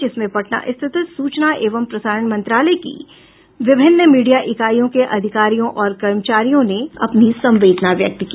जिसमें पटना स्थित सूचना एवं प्रसारण मंत्रालय की विभिन्न मीडिया इकाईयों के अधिकारियों और कर्मचारियों ने अपने संवेदना व्यक्त की